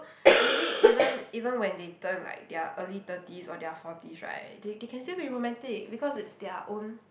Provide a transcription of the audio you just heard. maybe even even when they turn like their early thirties or their forties right they they can still be romantic because it's their own